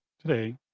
today